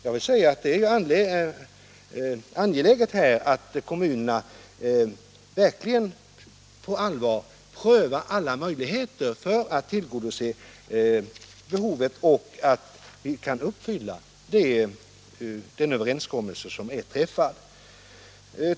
Jag vill säga att det är angeläget att kommunerna verkligen på allvar prövar alla möjligheter för att tillgodose behovet så att vi kan uppfylla den överenskommelse som är träffad.